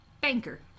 banker